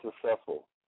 successful